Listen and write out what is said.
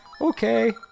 Okay